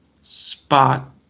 spot